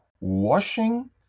washing